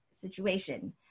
situation